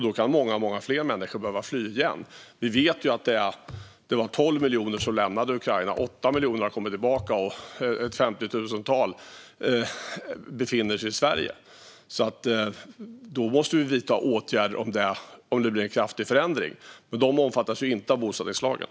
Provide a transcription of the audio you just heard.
Då kan många, många fler människor behöva fly igen. Vi vet att det var 12 miljoner människor som lämnade Ukraina, och 8 miljoner har kommit tillbaka. Ungefär 50 000 befinner sig i Sverige. Om det blir en kraftig förändring måste vi vidta åtgärder, men de ukrainska flyktingarna omfattas alltså inte av bosättningslagen.